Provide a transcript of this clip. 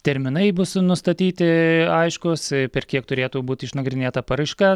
terminai bus nustatyti aiškūs per kiek turėtų būt išnagrinėta paraiška